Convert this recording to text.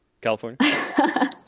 California